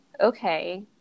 okay